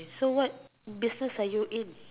so what business are you in